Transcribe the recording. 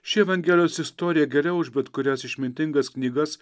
ši evangelijos istorija geriau už bet kurias išmintingas knygas